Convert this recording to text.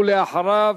ואחריו,